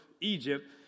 Egypt